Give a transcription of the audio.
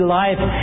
life